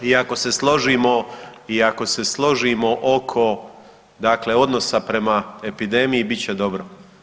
I ako se složimo i ako se složimo oko dakle odnosa prema epidemiji bit će dobro.